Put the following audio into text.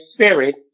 spirit